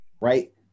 Right